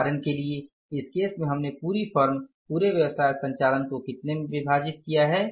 उदाहरण के लिए इस केस में हमने पूरी फर्म पूरे व्यवसाय संचालन को कितने में विभाजित किया है